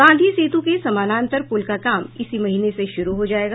गांधी सेतु के सामानांतर पुल का काम इसी महीने से शुरू हो जायेगा